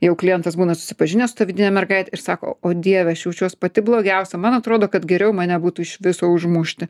jeigu klientas būna susipažinęs su ta vidine mergaite ir sako o dieve aš jaučiuos pati blogiausia man atrodo kad geriau mane būtų iš viso užmušti